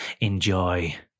enjoy